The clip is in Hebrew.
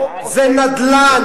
ניצן,